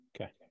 Okay